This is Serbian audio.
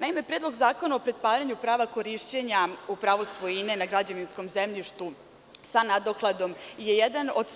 Naime, Predlog zakona o pretvaranju prava korišćenja u pravo svojine na građevinskom zemljištu sa nadoknadom je jedan od